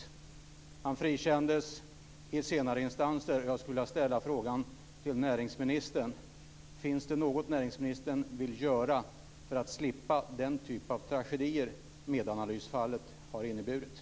Företagaren frikändes i senare instanser, och jag skulle vilja ställa frågan till näringsministern: Finns det något näringsministern vill göra för man ska att slippa den typ att tragedier som Medanalysfallet har inneburit?